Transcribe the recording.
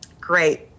great